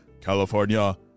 California